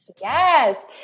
Yes